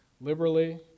liberally